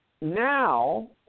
now